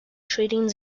treating